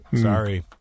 Sorry